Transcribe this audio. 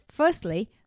Firstly